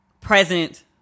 present